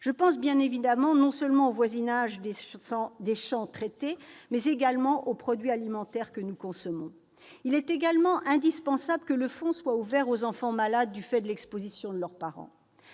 Je pense bien sûr non seulement au voisinage des champs traités, mais également aux produits alimentaires que nous consommons. Il est en outre primordial que le fonds soit ouvert aux enfants malades du fait de l'exposition de leurs parents.